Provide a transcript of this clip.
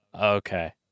Okay